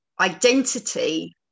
identity